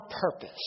purpose